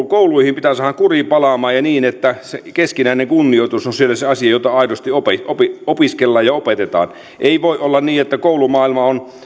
kouluihin pitää saada kuri palaamaan ja niin että se keskinäinen kunnioitus on siellä se asia jota aidosti opiskellaan ja opetetaan ei voi olla niin että koulumaailma on